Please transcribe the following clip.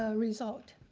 ah result.